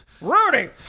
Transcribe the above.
Rudy